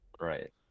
Right